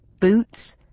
boots